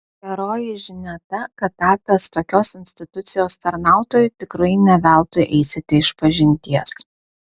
geroji žinia ta kad tapęs tokios institucijos tarnautoju tikrai ne veltui eisite išpažinties